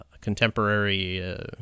contemporary